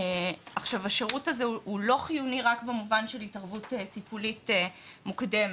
עכשיו השירות הזה הוא לא חיוני רק במובן של התערבות טיפולית מוקדמת.